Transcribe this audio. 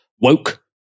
woke